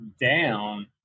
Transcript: down